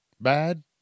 Bad